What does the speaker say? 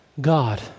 God